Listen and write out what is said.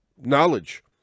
knowledge